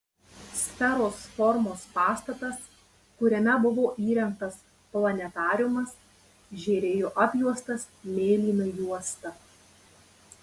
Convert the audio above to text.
sferos formos pastatas kuriame buvo įrengtas planetariumas žėrėjo apjuostas mėlyna juosta